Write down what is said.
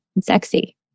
sexy